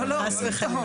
לא, חס וחלילה.